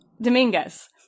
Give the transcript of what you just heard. Dominguez